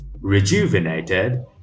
Rejuvenated